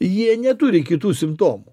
jie neturi kitų simptomų